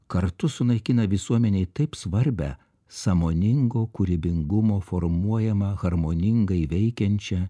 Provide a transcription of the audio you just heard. kartu sunaikina visuomenėj taip svarbią sąmoningo kūrybingumo formuojamą harmoningai veikiančią